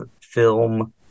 film